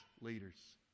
leaders